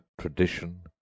tradition